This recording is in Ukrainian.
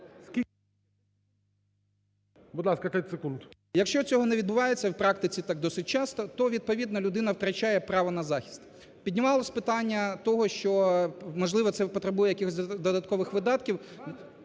Якщо цього не відбувається, в практиці так досить часто, то відповідно людина втрачає право на захист. Піднімалось питання того, що можливо це потребує якихось додаткових видатків.